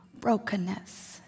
brokenness